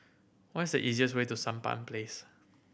what is the easiest way to Sampan Place